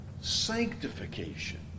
sanctification